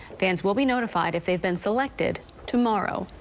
fans will be notified if they've been selected tomorrow.